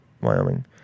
Wyoming